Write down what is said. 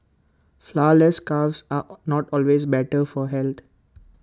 Flourless Cakes are not always better for health